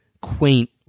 quaint